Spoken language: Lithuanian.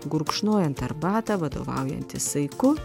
gurkšnojant arbatą vadovaujantis saiku